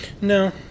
No